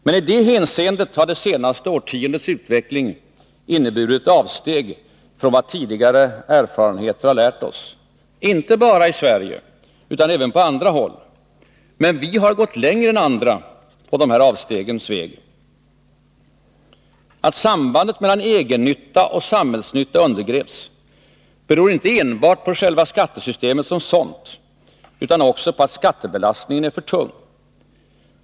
Men i det hänseendet har det senaste årtiondets utveckling inneburit ett avsteg från vad tidigare erfarenheter lärt oss— inte bara i Sverige utan även på andra håll. Men vi har gått längre än andra på avstegens väg. Att sambandet mellan egennytta och samhällsnytta undergrävs beror inte enbart på själva skattesystemet som sådant utan också på att skattebelastningen är för tung.